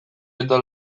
eta